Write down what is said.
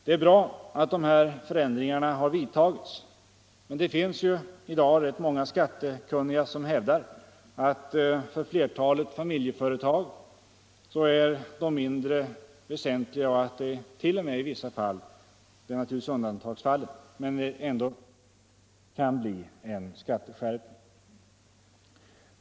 Det är bra att de förändringarna har vidtagits, men det finns ju i dag rätt många skattekunniga som hävdar att de för flertalet familjeföretag är mindre väsentliga och att det i vissa fall t.o.m. — det är naturligtvis undantagsfall — kan bli en skatteskärpning.